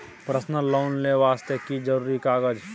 Personal loan ले वास्ते की जरुरी कागज?